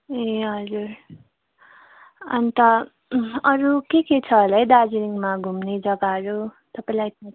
ए हजुर अन्त अरू के के छ होला है दार्जिलिङमा घुम्ने जग्गाहरू तपाईँलाई थाहा